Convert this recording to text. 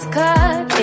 cut